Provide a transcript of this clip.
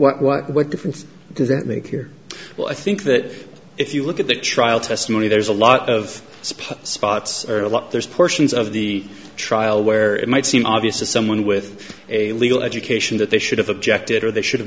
what what what difference does it make here well i think that if you look at the trial testimony there's a lot of spots or a lot there's portions of the trial where it might seem obvious to someone with a legal education that they should have objected or they should have